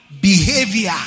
behavior